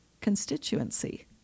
constituency